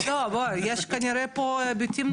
יש פה כנראה היבטים נוספים.